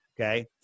okay